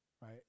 right